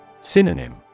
Synonym